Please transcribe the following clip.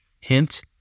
Hint